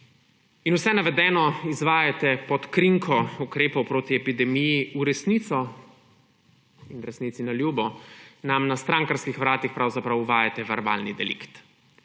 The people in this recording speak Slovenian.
In vse navedeno izvajate pod krinko ukrepov proti epidemiji in resnici na ljubo nam na strankarskih vratih pravzaprav uvajate verbalni delikt.